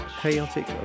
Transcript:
Chaotic